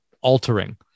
altering